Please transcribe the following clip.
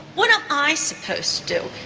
what am i supposed to do?